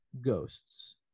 Ghosts